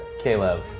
Caleb